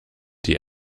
die